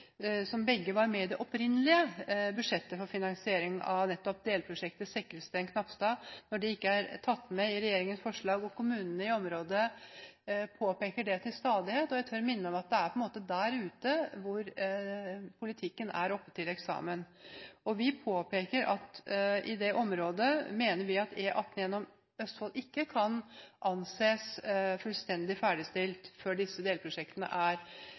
som begge var med i det opprinnelige budsjettet for finansiering av nettopp delprosjektet Sekkelsten–Knapstad, ikke er tatt med i regjeringens forslag og kommunene i området påpeker det til stadighet, tør jeg minne om at det er der ute politikken er oppe til eksamen. Vi påpeker at E18 gjennom Østfold ikke kan anses fullstendig ferdigstilt i dette området før disse delprosjektene er